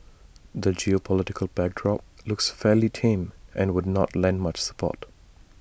the geopolitical backdrop looks fairly tame and would not lend much support